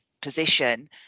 position